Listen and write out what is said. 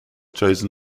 chosen